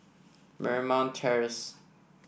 Marymount Terrace